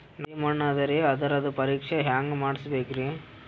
ನಮ್ದು ಎರಿ ಮಣ್ಣದರಿ, ಅದರದು ಪರೀಕ್ಷಾ ಹ್ಯಾಂಗ್ ಮಾಡಿಸ್ಬೇಕ್ರಿ?